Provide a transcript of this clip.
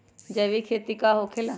जैविक खेती का होखे ला?